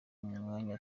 mwanya